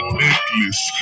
necklace